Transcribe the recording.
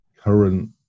current